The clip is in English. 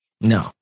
No